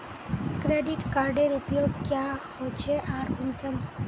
Credit कार्डेर उपयोग क्याँ होचे आर कुंसम?